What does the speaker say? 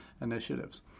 initiatives